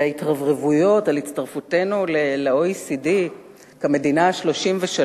וההתרברבויות על הצטרפותנו ל-OECD כמדינה ה-33.